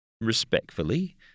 respectfully